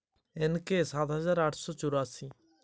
ভূট্টার উচ্চফলনশীল বীজ কোনটি?